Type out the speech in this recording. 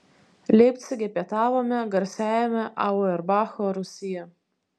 leipcige pietavome garsiajame auerbacho rūsyje